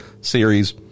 series